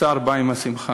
הצער בא עם השמחה.